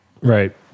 Right